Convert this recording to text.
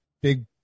big